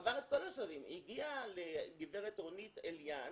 עבר את כל השלבים, הגיע לגברת רונית אליאן